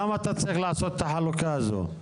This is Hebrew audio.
למה אתה צריך לעשות את החלוקה הזו?